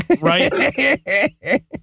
Right